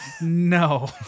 No